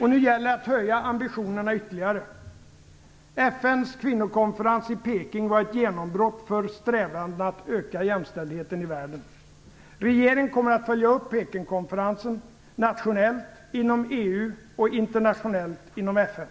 Nu gäller det att höja ambitionerna ytterligare. FN:s kvinnokonferens i Peking var ett genombrott för strävandena att öka jämställdheten i världen. Regeringen kommer att följa upp Pekingkonferensen, nationellt, inom EU och internationellt inom FN.